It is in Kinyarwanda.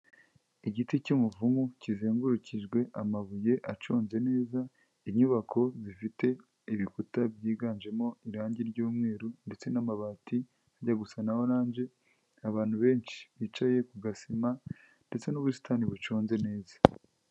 Igiti cy'umuvumu kizengurukijwe amabuye aconze neza inyubako zifite ibikuta byiganjemo irangi ry'umweru ndetse n'amabati ajya gusa na oranje, abantu benshi bicaye ku gasima ndetse n'ubusitani buconze neza.